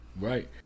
right